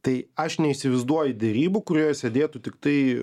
tai aš neįsivaizduoju derybų kurioje sėdėtų tiktai